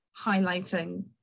highlighting